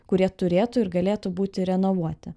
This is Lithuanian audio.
kurie turėtų ir galėtų būti renovuoti